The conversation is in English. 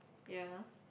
ya